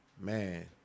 man